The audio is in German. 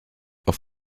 auf